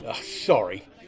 Sorry